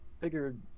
figured